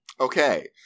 Okay